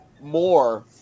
more